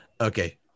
Okay